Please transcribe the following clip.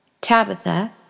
Tabitha